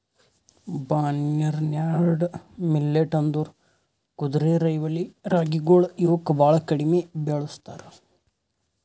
barnyard millet ಅಂದುರ್ ಕುದುರೆರೈವಲಿ ರಾಗಿಗೊಳ್ ಇವುಕ್ ಭಾಳ ಕಡಿಮಿ ಬೆಳುಸ್ತಾರ್